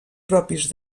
propis